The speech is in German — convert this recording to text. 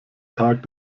tag